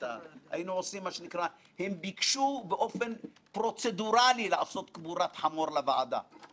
האם לא היה מקום להעביר את הדוח הזה לא בדקה התשעים?